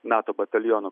nato bataliono